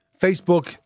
Facebook